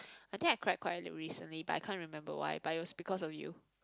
I think I cried quietly recently but I can't remember why but it was because of you